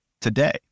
today